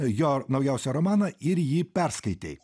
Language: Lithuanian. jo naujausią romaną ir jį perskaitei